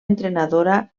entrenadora